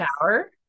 shower